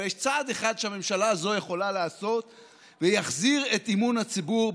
אבל יש צעד אחד שהממשלה הזו יכולה לעשות ויחזיר את אמון הציבור בממשלה,